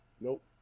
Nope